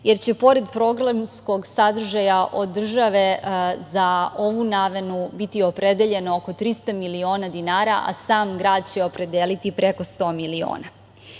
jer će, pored programskog sadržaja, od države za ovu namenu biti opredeljena oko 300 miliona dinara, a sam grad će opredeliti preko 100 miliona. Muzejski